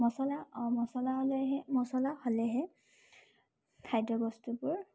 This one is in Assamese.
মচলা অ মচল হ'লেহে মচলা হ'লেহে খাদ্যবস্তুবোৰ